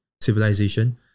civilization